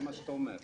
זה מה שאתה אומר.